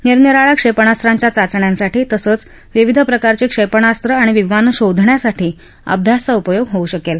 निरनिराळ्या क्षेपणास्त्रांच्या चाचण्यासाठी तसंच विविध प्रकारची क्षेपणास्त्र आणि विमान शोधण्यासाठी अभ्यास चा उपयोग होऊ शकेल